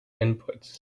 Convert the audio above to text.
inputs